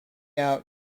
out